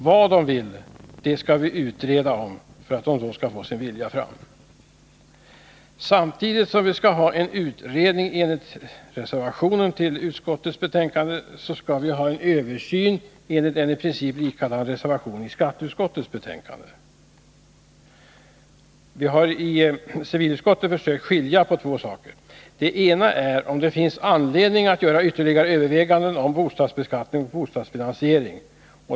Vad de vill skall vi utreda, om de får sin vilja igenom. Samtidigt som vi enligt reservationen till civilutskottets betänkande skall ha en utredning, skall vi ha en översyn enligt en i princip likadan reservation till skatteutskottets betänkande. Vi har i civilutskottet försökt skilja på två saker. Det ena är om det finns anledning att göra ytterligare överväganden om bostadsbeskattning och bostadsfinansiering.